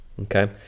okay